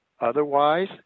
otherwise